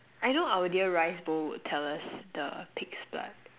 I know our dear rice bowl would tell us the pig's blood